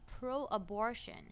pro-abortion